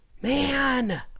Man